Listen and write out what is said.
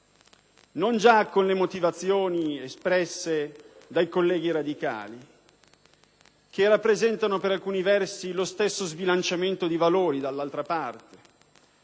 base delle motivazioni espresse dai colleghi radicali, che rappresentano per alcuni versi lo stesso sbilanciamento di valori dall'altra parte,